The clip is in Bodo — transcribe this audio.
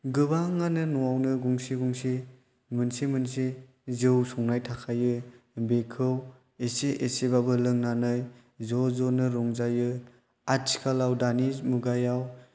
गोबाङानो न'आवनो गंसे गंसे मोनसे मोनसे जौ संनाय थाखायो बेखौ एसे एसेब्लाबो लोंनानै ज' ज'नो रंजायो आथिखालाव दानि मुगायाव